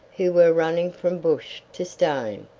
who were running from bush to stone,